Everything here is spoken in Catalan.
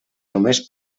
només